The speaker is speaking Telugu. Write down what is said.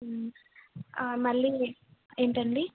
ఆ మళ్ళీ ఏంటండీ